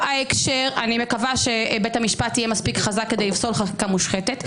אני מקווה שבית המשפט יהיה מספיק חזק כדי לפסול חקיקה מושחתת.